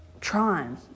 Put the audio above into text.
trying